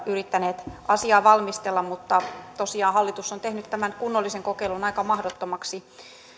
yrittäneet asiaa valmistella mutta tosiaan hallitus on tehnyt tämän kunnollisen kokeilun aika mahdottomaksi